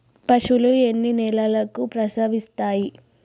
పశువులు ఎన్ని నెలలకు ప్రసవిస్తాయి?